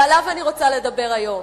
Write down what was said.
ועליו אני רוצה לדבר היום.